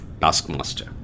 taskmaster